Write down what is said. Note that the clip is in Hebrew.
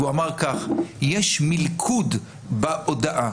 הוא אמר שיש מלכוד בהודאה.